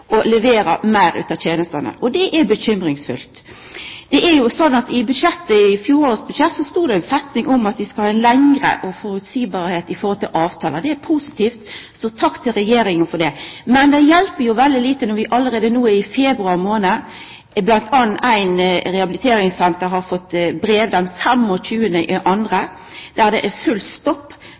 å levera meir av tenestene. Det er bekymringsfullt. I budsjettet for fjoråret stod det ei setning om at ein skal ha ei større føreseielegheit når det gjeld avtalar. Det er positivt. Så takk til Regjeringa for det. Men det hjelper jo veldig lite når eit rehabiliteringssenter fekk eit brev den 25. februar, der det blir varsla full stopp